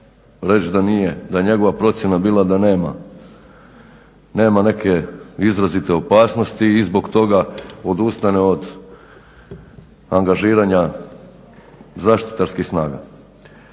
reć da nije, da je njegova procjena bila da nema, nema neke izrazite opasnosti i zbog toga odustane od angažiranja zaštitarskih snaga.